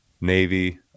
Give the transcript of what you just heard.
Navy